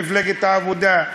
מפלגת העבודה,